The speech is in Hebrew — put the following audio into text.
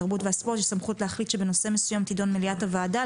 התרבות והספורט יש סמכות להחליט שבנושא מסוים תדון מליאת הוועדה,